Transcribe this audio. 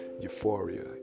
euphoria